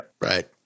Right